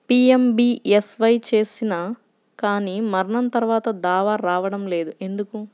PMBSY చేసినా కానీ మరణం తర్వాత దావా రావటం లేదు ఎందుకు?